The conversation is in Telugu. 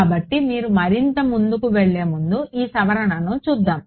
కాబట్టి మీరు మరింత ముందుకు వెళ్లే ముందు ఈ సవరణను చూద్దాం